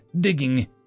digging